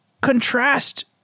contrast